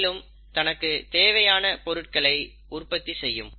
மேலும் தனக்கு தேவையான பொருட்களை உற்பத்தி செய்யும்